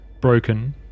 broken